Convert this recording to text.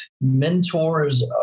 Mentors